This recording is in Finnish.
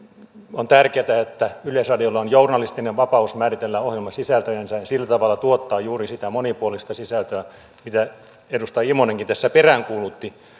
on tärkeätä että yleisradiolla on journalistinen vapaus määritellä ohjelmasisältönsä ja sillä tavalla tuottaa juuri sitä monipuolista sisältöä mitä edustaja immonenkin tässä peräänkuulutti